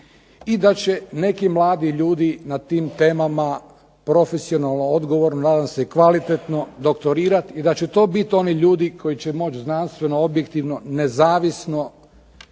i da će neki mladi ljudi na tim temama profesionalno, odgovorno nadam se kvalitetno doktorirati i da će to biti oni ljudi koji će moći znanstveno, objektivno nezavisno